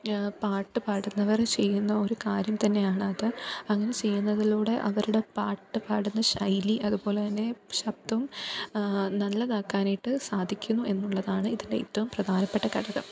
പാട്ട് പാടുന്നവർ ചെയ്യുന്ന ഒരു കാര്യം തന്നെയാണത് അങ്ങനെ ചെയ്യുന്നതിലൂടെ അവരുടെ പാട്ട് പാടുന്ന ശൈലി അതുപോലെ തന്നെ ശബ്ദം നല്ലതാക്കാനായിട്ട് സാധിക്കുന്നു എന്നുള്ളതാണ് ഇതിൻ്റെ ഏറ്റവും പ്രധാനപ്പെട്ട ഘടകം